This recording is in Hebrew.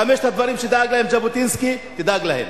חמשת הדברים שדאג להם ז'בוטינסקי, תדאג להם.